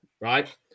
right